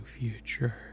future